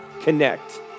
Connect